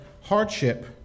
hardship